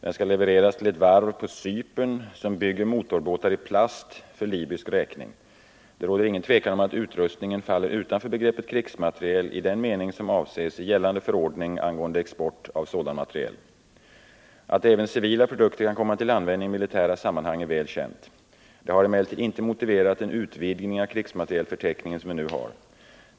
Den skall levereras till ett varv på Cypern som bygger motorbåtar i plast för libysk räkning. Det råder inget tvivel om att utrustningen faller utanför begreppet krigsmateriel i den mening som avses i gällande förordning angående export av sådan materiel. Att även civila produkter kan komma till användning i militära sammanhang är väl känt. Det har emellertid inte motiverat en utvidgning av den krigsmaterielförteckning som vi nu har.